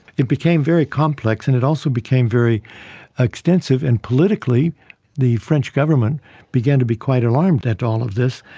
it became very complex and it also became very extensive and politically the french government began to be quite alarmed at all of this.